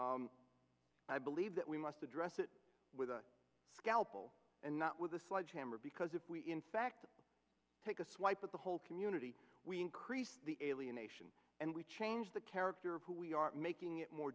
address i believe that we must address it with a scalpel and not with a sledgehammer because if we in fact take a swipe at the whole community we increase the alienation and we change the character of who we are making it more